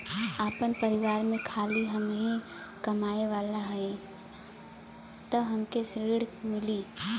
आपन परिवार में खाली हमहीं कमाये वाला हई तह हमके ऋण मिली?